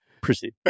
Proceed